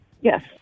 Yes